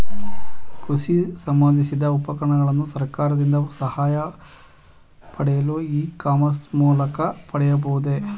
ಕೃಷಿ ಸಂಬಂದಿಸಿದ ಉಪಕರಣಗಳನ್ನು ಸರ್ಕಾರದಿಂದ ಸಹಾಯ ಪಡೆಯಲು ಇ ಕಾಮರ್ಸ್ ನ ಮೂಲಕ ಪಡೆಯಬಹುದೇ?